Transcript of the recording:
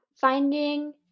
finding